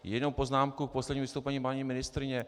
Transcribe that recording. Jenom poznámku k poslednímu vystoupení paní ministryně.